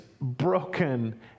broken